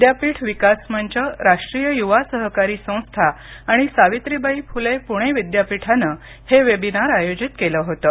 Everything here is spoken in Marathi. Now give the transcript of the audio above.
विद्यापीठ विकास मंच राष्ट्रीय युवा सहकारी संस्था आणि सावित्रीबाई फुले पुणे विद्यापीठानं हे वेबिनार आयोजित केलं होतं